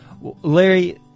Larry